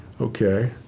Okay